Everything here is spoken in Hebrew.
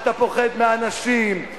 אתה פוחד מאנשים,